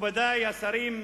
מכובדי השרים,